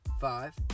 Five